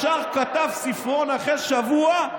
ישר כתב ספרון, אחרי שבוע,